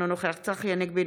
אינו נוכח צחי הנגבי,